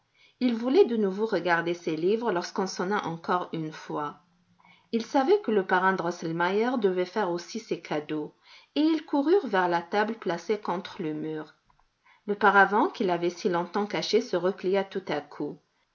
ils voulaient de nouveau regarder ces livres lorsqu'on sonna encore une fois ils savaient que le parrain drosselmeier devait faire aussi ses cadeaux et ils coururent vers la table placée contre le mur le paravent qui l'avait si longtemps cachée se replia tout à coup